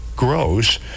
grows